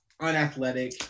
unathletic